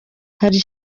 hari